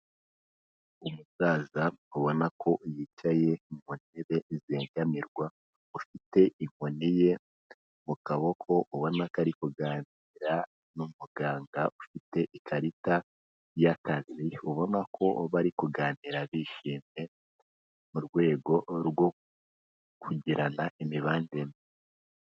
Umusaza ubona ko yicaye mu ntebe zegamirwa ufite inkoni ye mu kaboko ubona ko ari kuganira n'umuganga ufite ikarita y'akazi ubona ko bari kuganira bishimye mu rwego rwo kugirana imibanire myiza.